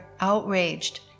outraged